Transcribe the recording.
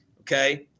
okay